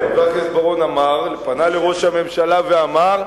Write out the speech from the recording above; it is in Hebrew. חבר הכנסת בר-און פנה לראש הממשלה ואמר: